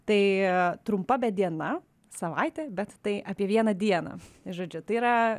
tai trumpa bet diena savaitė bet tai apie vieną dieną žodžiu tai yra